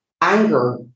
anger